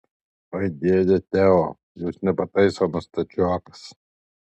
oi dėde teo jūs nepataisomas stačiokas